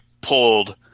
pulled